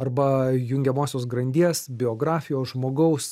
arba jungiamosios grandies biografijos žmogaus